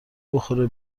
بخوره